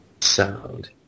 Sound